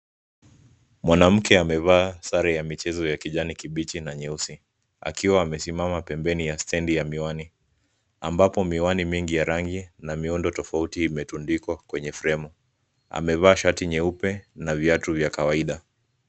Mwanamke amevaa sare ya michezo ya kijani kibichi na nyeusi, akiwa amesimama pembeni ya stendi ya miwani, ambapo miwani mengi ya rangi na miundo tofauti imetundikwa kwenye fremu. Amevaa shati nyeupe na viatu vya kawaida.